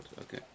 Okay